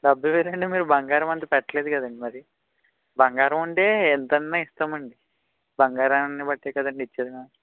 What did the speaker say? డెబ్భై వేలే అంటే మీరు బంగారం అంత పెట్టలేదు కదండి మరి బంగారం ఉంటే ఎంతైనా ఇస్తాము అండి బంగారాన్ని బట్టే కదండి ఇచ్చేది మనం